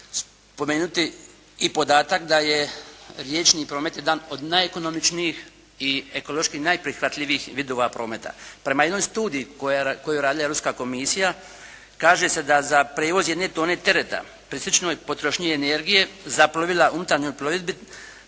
spomenuti i podatak da je riječni promet jedan od najekonomičnijih i ekološki najprihvatljivijih vidova prometa. Prema jednoj studiji koju je radila Europska komisija kaže se za prijevoz jedne tone tereta prosječnoj potrošnji energije za plovila u unutarnjoj plovidbi